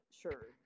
sure